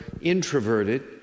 introverted